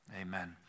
Amen